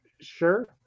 Sure